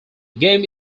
game